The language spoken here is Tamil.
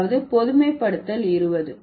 அதாவது பொதுமைப்படுத்தல் 20